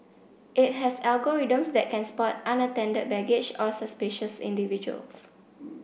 it has algorithms that can spot unattended baggage or suspicious individuals